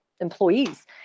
employees